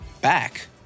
back